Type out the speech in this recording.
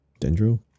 dendro